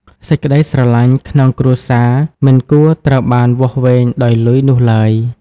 សេចក្តីស្រឡាញ់ក្នុងគ្រួសារមិនគួរត្រូវបានវាស់វែងដោយ "លុយ" នោះឡើយ។